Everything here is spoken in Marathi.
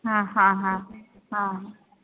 हां हां हां हां